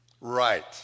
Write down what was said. Right